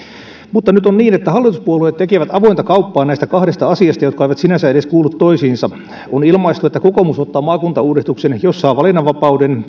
mutta nyt on niin että hallituspuolueet tekevät avointa kauppaa näistä kahdesta asiasta jotka eivät sinänsä edes kuulu toisiinsa on ilmaistu että kokoomus ottaa maakuntauudistuksen jos saa valinnanvapauden